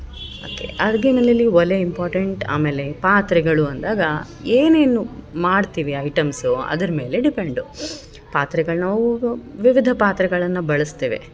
okay ಅಡಿಗೆ ಮನೇಲಿ ಒಲೆ ಇಂಪಾರ್ಟೆಂಟ್ ಆಮೇಲೆ ಪಾತ್ರೆಗಳು ಅಂದಾಗ ಏನೇನು ಮಾಡ್ತೀವಿ ಐಟಮ್ಸು ಅದ್ರ ಮೇಲೆ ಡಿಪೆಂಡು ಪಾತ್ರೆಗಳು ನಾವು ವಿವಿಧ ಪಾತ್ರೆಗಳನ್ನ ಬಳಸ್ತೇವೆ